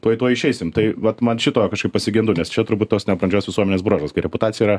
tuoj tuoj išeisim tai vat man šito kažkaip pasigendu nes čia turbūt tos nebrandžios visuomenės bruožas kai reputacija yra